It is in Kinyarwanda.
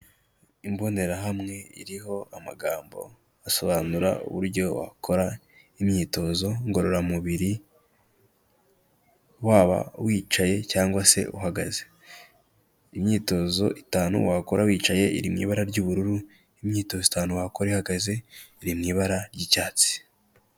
Imbonerahamwe iriho amagambo asobanura uburyo wakora imyitozo ngororamubiri waba wicaye cyangwa se uhagaze, imyitozo itanu wakora wicaye iri mu ibara ry'ubururu, imyitozo itanu wakora uhagaze iri mu ibara ry'icyatsi.